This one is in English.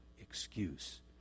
excuse